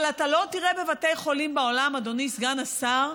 אבל לא תראה בבתי חולים בעולם, אדוני סגן השר,